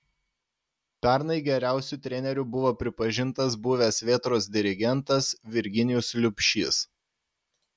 pernai geriausiu treneriu buvo pripažintas buvęs vėtros dirigentas virginijus liubšys